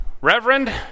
Reverend